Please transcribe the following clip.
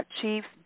Chiefs